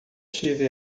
tive